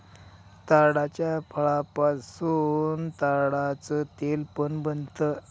ताडाच्या फळापासून ताडाच तेल पण बनत